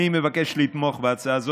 אני מבקש לתמוך בהצעה הזאת,